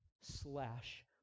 slash